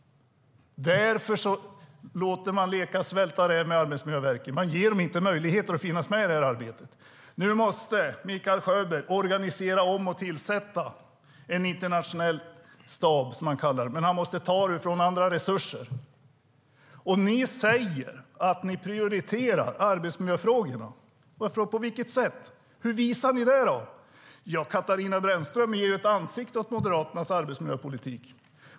Därför leker man svälta räv med Arbetsmiljöverket. Man ger dem inte möjlighet att finnas med i detta arbete. Nu måste Mikael Sjöberg organisera om och tillsätta en internationell stab, men han måste ta från andra resurser. Ni säger att ni prioriterar arbetsmiljöfrågorna. På vilket sätt? Hur visar ni det? Katarina Brännström ger ett ansikte åt Moderaternas arbetsmiljöpolitik.